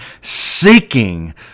seeking